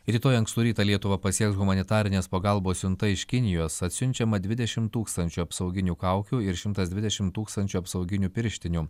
rytoj ankstų rytą lietuvą pasieks humanitarinės pagalbos siunta iš kinijos atsiunčiama dvidešim tūkstančių apsauginių kaukių ir šimtas dvidešim tūkstančių apsauginių pirštinių